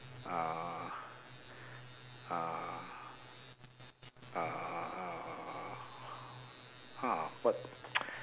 uh uh uhh !huh! what